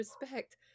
respect